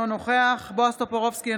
אינו נוכח בועז טופורובסקי,